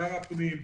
שר הפנים,